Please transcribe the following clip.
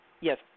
Yes